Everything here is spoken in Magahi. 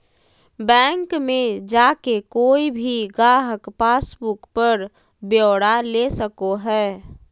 बैंक मे जाके कोय भी गाहक पासबुक पर ब्यौरा ले सको हय